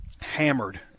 hammered